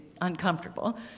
uncomfortable